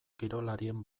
kirolarien